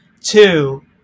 two